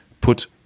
put